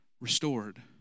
restored